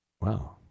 Wow